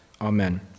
Amen